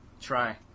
Try